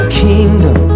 kingdom